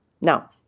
Now